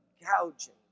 gouging